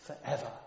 forever